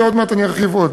ועוד מעט אני ארחיב עוד,